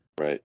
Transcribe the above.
right